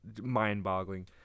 mind-boggling